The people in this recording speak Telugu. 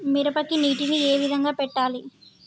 మిరపకి నీటిని ఏ విధంగా పెట్టాలి?